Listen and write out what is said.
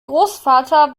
großvater